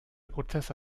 prozesse